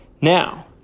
Now